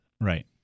Right